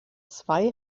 zwei